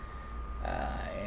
uh